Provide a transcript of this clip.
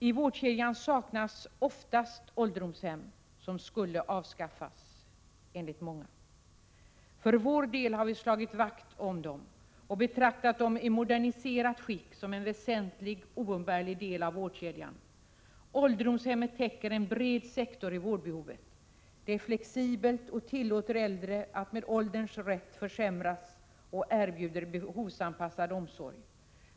I vårdkedjan saknas oftast ålderdomshem, de som enligt många skall avskaffas. För vår del har vi slagit vakt om dem och menat att de i moderniserat skick är en väsentlig och oumbärlig del av vårdkedjan. Ålderdomshemmen täcker en bred sektor av vårdbehovet. De är flexibla och är en lämplig vårdform för äldre när deras tillstånd med åren försämras. De erbjuder en behovsanpassad omsorg.